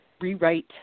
rewrite